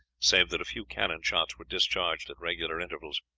save that a few cannon shot were discharged at regular intervals.